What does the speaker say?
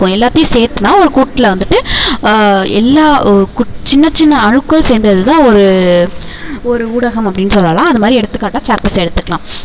எல்லாத்தையும் சேர்த்துனா ஒரு கூட்டில வந்துட்டு எல்லா கு சின்ன சின்ன அணுக்கள் சேர்ந்ததுதான் ஒரு ஒரு ஊடகம் அப்படின்னு சொல்லலாம் அதை மாதிரி எடுத்துக்காட்டாக சாக்பீஸை எடுத்துக்கலாம்